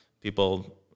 people